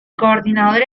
coordinador